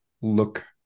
look